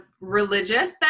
religious